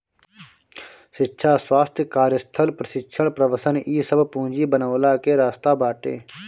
शिक्षा, स्वास्थ्य, कार्यस्थल प्रशिक्षण, प्रवसन निवेश इ सब पूंजी बनवला के रास्ता बाटे